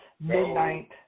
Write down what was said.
midnight